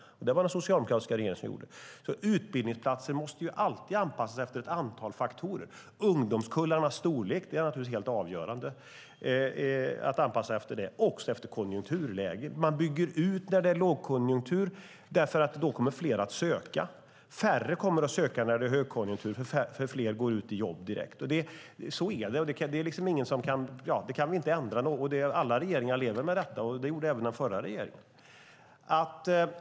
Det var det den socialdemokratiska regeringen som gjorde. Utbildningsplatser måste alltid anpassas efter ett antal faktorer. Ungdomskullarnas storlek är naturligtvis helt avgörande, liksom konjunkturläget. Man bygger ut när det är lågkonjunktur, för då kommer fler att söka. Färre kommer att söka när det är högkonjunktur, för fler går ut i jobb direkt. Så är det, och det kan vi inte ändra på. Alla regeringar lever med detta, och det gjorde även den förra regeringen.